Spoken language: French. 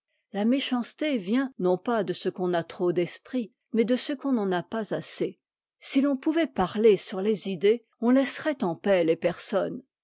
la méchanceté vient non pas de ce qu'on a trop d'esprit mais de ce qu'on n'en a pas'assez si l'on pouvait parler sur les idées on laisserait n paix les personnes